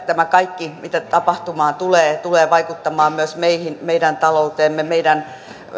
miten tämä kaikki mitä tapahtumaan tulee tulee vaikuttamaan myös meihin meidän talouteemme meidän